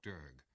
Derg